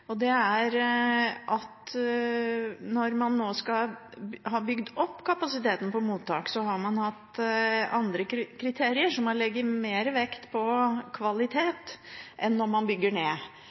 litt på hos Venstre: Når man har bygd opp kapasiteten på mottak, har man hatt andre kriterier – man har lagt mer vekt på kvalitet – enn når man har bygd ned.